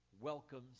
welcomes